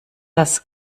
das